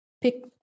pick